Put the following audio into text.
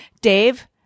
Dave